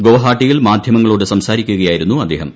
ഗുവഹട്ടിയിൽ മാധ്യമങ്ങളോട് സംസാരിക്കുകയായിരുന്നു അദ്ദേഹം